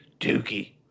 Dookie